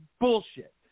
bullshit